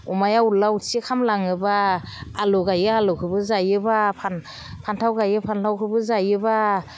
अमाया उरला उरसि खालामलाङोबा आलु गायो आलुखौबो जायोबा फानथाव गायो फानथावखौबो जायोबा